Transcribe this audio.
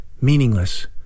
Meaningless